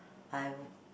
I've